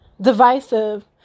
divisive